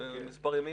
לפני מספר ימים,